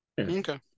Okay